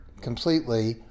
completely